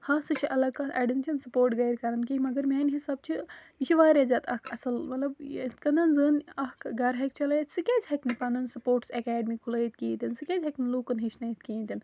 ہاں سۄ چھِ الگ کتھ اَڑیٚن چھِنہٕ سپورٹ گھرِ کَران کیٚنٛہہ مگر میٛانہِ حساب چھِ یہِ چھِ واریاہ زیادٕ اَکھ اصٕل مطلب ٲں یتھ کٕنۍ زَن اَکھ گَھر ہیٚکہِ چلٲیِتھ سۄ کیٛاز ہیٚکہِ نہٕ پَنُن سپورٹٕس اکیڈمی کھُلٲیِتھ کہیٖنۍ تہِ نہٕ سۄ کیٛازِ ہیٚکہِ نہٕ لوٗکن ہیٚچھنٲیِتھ کہیٖنۍ تہِ نہٕ